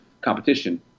competition